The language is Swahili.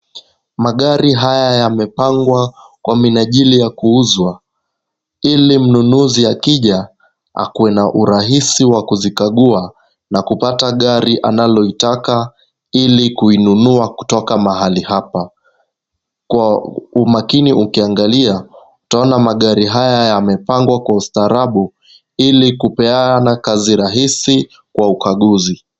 Magari haya yamepangwa kwa minajili ya kuuzwa ili mnunuzi akija akuwe na urahisi wa kuzikagua na kupata gari analolitaka ili kuinunua kutoka mahali hapa. Kwa umakini ukiangalia, utaona magari haya yamepangwa kwa ustaarabu ili kupeana kazi rahisi kwa ukaguzi.